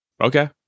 Okay